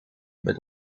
met